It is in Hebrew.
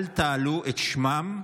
אל תעלו את שמם,